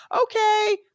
Okay